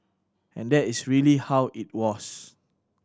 and that is really how it was